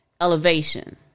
elevation